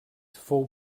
fou